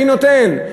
מי נותן?